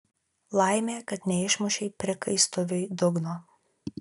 laimė kad neišmušei prikaistuviui dugno